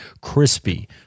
crispy